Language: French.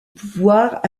pouvoirs